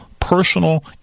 personal